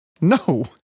no